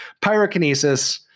pyrokinesis